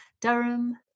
durham